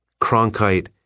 Cronkite